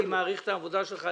אני מעריך את העבודה שלך,